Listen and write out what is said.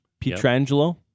Pietrangelo